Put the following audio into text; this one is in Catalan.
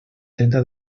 trenta